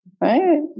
right